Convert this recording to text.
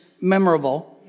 memorable